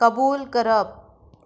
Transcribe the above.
कबूल करप